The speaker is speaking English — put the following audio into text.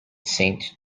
saint